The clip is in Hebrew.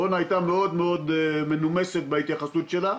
רונה הייתה מאוד מאוד מנומסת בהתייחסות שלה.